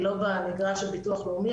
לא במקרה של ביטוח לאומי,